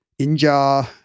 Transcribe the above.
Inja